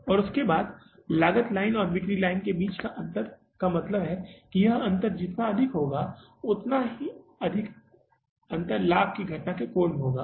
और उसके बाद लागत लाइन और बिक्री लाइन के बीच अंतर का मतलब है ताकि अंतर जितना अधिक हो उतना अधिक अंतर लाभ की घटना का कोण है